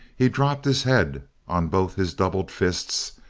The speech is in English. he dropped his head on both his doubled fists,